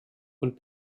und